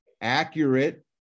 accurate